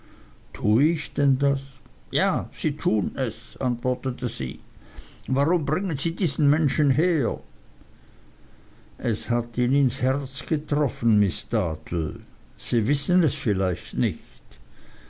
tue ich denn das ja sie tun es antwortete sie warum bringen sie diesen menschen her es hat ihn ins herz getroffen miß dartle sie wissen es vielleicht nicht